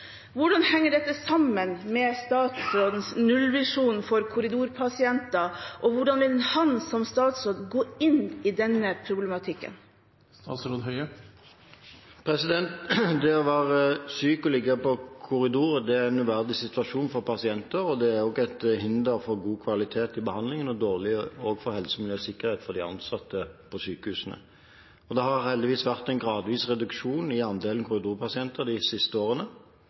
Hvordan henger dette sammen med statsrådens nullvisjon for korridorpasienter, og hvordan vil han som statsråd gå inn i denne problematikken?» Det å være syk og ligge på korridor er en uverdig situasjon for pasienter. Det er også et hinder for god kvalitet i behandlingen og dårlig for helse, miljø og sikkerhet for de ansatte på sykehusene. Det har heldigvis vært en gradvis reduksjon i andelen korridorpasienter de siste årene.